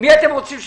מי אתם רוצים שיבקש?